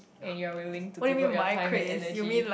and you're willing to devote your time and energy